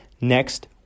next